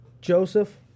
Joseph